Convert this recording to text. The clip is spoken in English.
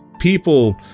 people